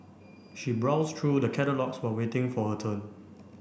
she browsed through the catalogues while waiting for her turn